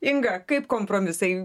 inga kaip kompromisai